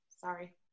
Sorry